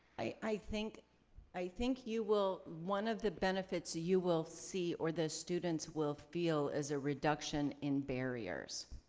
i think i think you will, one of the benefits you will see or the students will feel is a reduction in barriers